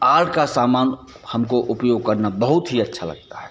आप का सामान हमको उपयोग करना बहुत ही अच्छा लगता है